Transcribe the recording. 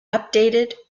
updated